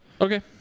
okay